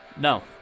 No